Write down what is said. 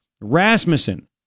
Rasmussen